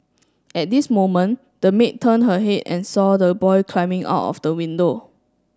at this moment the maid turned her head and saw the boy climbing out of the window